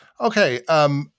Okay